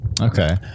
Okay